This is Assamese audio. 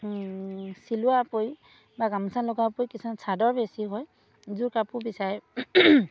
চিলোৱাৰ উপৰি গামোচা লগোৱাৰ উপৰি কিছুমান চাদৰ বেছি হয় যোৰ কাপোৰ বিচাৰে